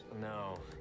No